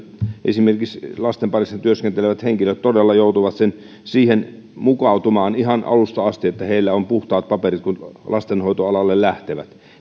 esimerkiksi lasten parissa työskentelevät henkilöt todella joutuvat mukautumaan ihan alusta asti siihen että heillä on puhtaat paperit kun lastenhoitoalalle lähtevät